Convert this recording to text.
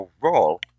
role